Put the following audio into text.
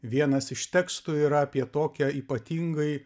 vienas iš tekstų yra apie tokią ypatingai